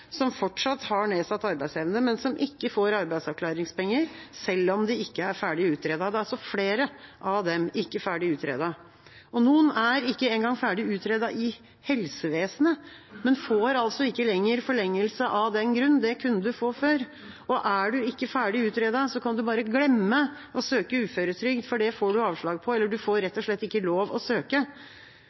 som fortsatt har nedsatt arbeidsevne, men som ikke får arbeidsavklaringspenger selv om de ikke er ferdig utredet. Det er altså flere av dem som ikke er ferdig utredet. Noen er ikke engang ferdig utredet i helsevesenet, men får altså ikke lenger forlengelse av den grunn. Det kunne en få før. Er en ikke ferdig utredet, kan en bare glemme å søke uføretrygd, for det får en avslag på – en får rett og slett ikke lov til å søke.